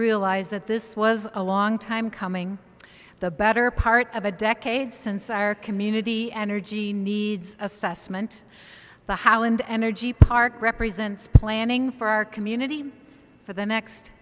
realize that this was a long time coming the better part of a decade since our community energy needs assessment the how and energy park represents planning for our community for the next